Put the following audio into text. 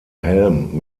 helm